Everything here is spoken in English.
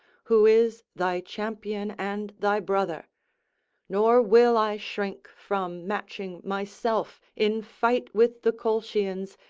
who is thy champion and thy brother nor will i shrink from matching myself in fight with the colchians,